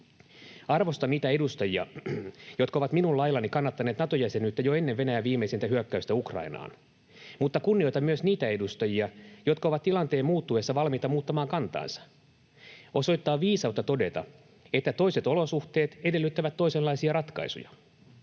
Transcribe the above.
Arvostan niitä edustajia, jotka ovat minun laillani kannattaneet Nato-jäsenyyttä jo ennen Venäjän viimeisintä hyökkäystä Ukrainaan, mutta kunnioitan myös niitä edustajia, jotka ovat tilanteen muuttuessa valmiita muuttamaan kantaansa. Osoittaa viisautta todeta, että toiset olosuhteet edellyttävät toisenlaisia ratkaisuja.